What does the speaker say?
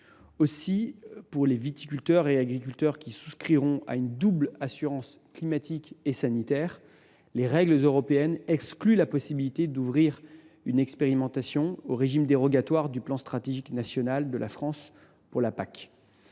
%. Si, pour les viticulteurs et agriculteurs qui souscrivent une double assurance climatique et sanitaire, les règles européennes excluent la possibilité d’ouvrir une expérimentation dérogatoire au plan stratégique national (PSN) de la France pour la PAC,